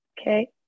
okay